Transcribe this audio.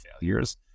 failures